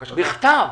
בכתב.